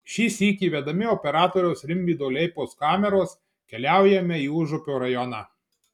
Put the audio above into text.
šį sykį vedami operatoriaus rimvydo leipaus kameros keliaujame į užupio rajoną